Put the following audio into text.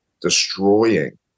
destroying